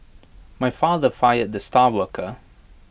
my father fired the star worker